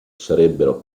sarebbero